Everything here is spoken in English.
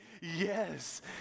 yes